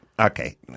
Okay